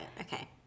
Okay